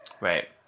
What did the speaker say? Right